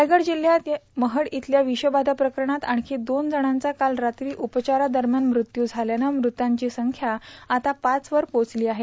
रायगड जिल्हयात या महड इथंल्या विषबाधा प्रकरणात आणखी दोन जणांचा काल रात्री उपचारांदरम्यान मृत्यू झाल्यानं मृतांची संख्या आता पाचवर पोहोचली आहे